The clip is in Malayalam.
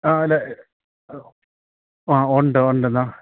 ആല്ല ആ ഉണ്ട് ഉണ്ട് എന്നാൽ